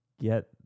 get